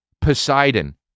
Poseidon